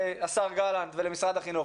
השר גלנט ולמשרד החינוך,